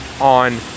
on